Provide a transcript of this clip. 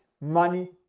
money